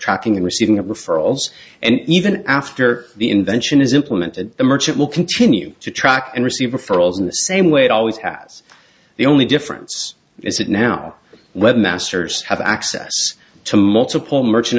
tracking and receiving referrals and even after the invention is implemented the merchant will continue to track and receive referrals in the same way it always has the only difference is that now webmaster's have access to multiple merchant